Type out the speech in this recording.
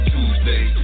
Tuesday